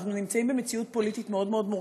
ואנחנו נמצאים במציאות פוליטית מאוד מאוד מורכבת,